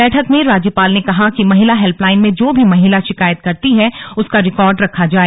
बैठक में राज्यपाल ने कहा कि महिला हेल्पलाइन में जो भी महिला शिकायत करती है उसका रिकॉर्ड रखा जाय